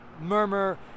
murmur